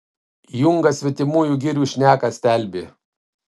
jungas svetimųjų girių šneką stelbė